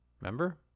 Remember